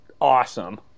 Awesome